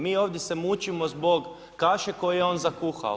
Mi ovdje se mučimo zbog kaše koju je on zakuhao.